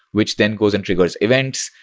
which then goes and triggers events.